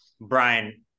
Brian